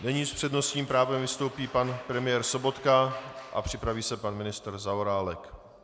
Nyní s přednostním právem vystoupí pan premiér Sobotka a připraví se pan ministr Zaorálek.